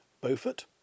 Beaufort